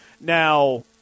Now –